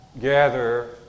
gather